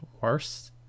worse